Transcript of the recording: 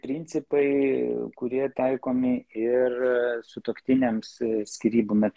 principai kurie taikomi ir sutuoktiniams skyrybų metu